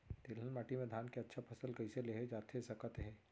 तिलहन माटी मा धान के अच्छा फसल कइसे लेहे जाथे सकत हे?